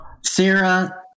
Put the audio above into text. Sarah